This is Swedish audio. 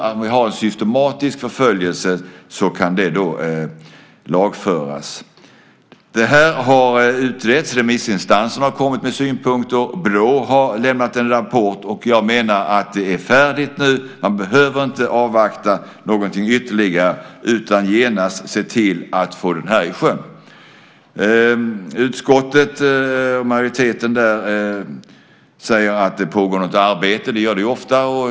Där kan en systematisk förföljelse lagföras. Det här har utretts. Remissinstanserna har kommit med synpunkter. Brå har lämnat en rapport. Jag menar att det är färdigt nu. Man behöver inte avvakta någonting ytterligare utan genast se till att få detta i sjön. Majoriteten i utskottet säger att det pågår ett arbete, och det gör det ju ofta.